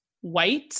white